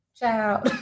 Ciao